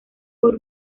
por